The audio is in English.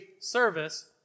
service